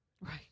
Right